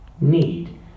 need